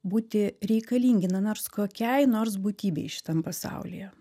būti reikalingi na nors kokiai nors būtybei šitam pasaulyje